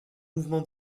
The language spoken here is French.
mouvements